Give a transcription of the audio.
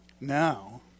Now